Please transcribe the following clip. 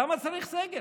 למה צריך סגר?